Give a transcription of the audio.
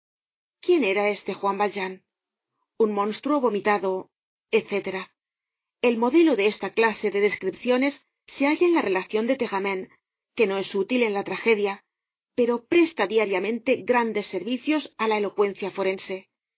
quién era este juan valjean un monstruo vomitado etc el modelo de esta clase de descripciones se halla en la relacion de teramenes que no es útil en la trajedia pero presta diariamente grandes servicios á la elocuencia forense